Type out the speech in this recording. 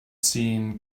seen